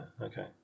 Okay